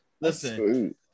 Listen